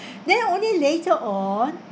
then only later on